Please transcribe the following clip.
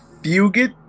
Fugit